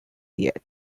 yet